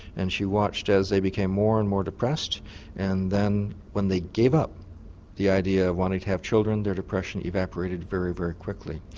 and she watched as they became more and more depressed and then when they gave up the idea of wanting to have children their depression evaporated very, very quickly.